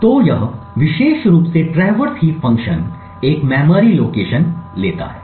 तो यह विशेष रूप से ट्रैवर्स हीप फ़ंक्शन एक मेमोरी लोकेशन लेता है